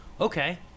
okay